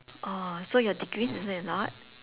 oh so your degrees is it a lot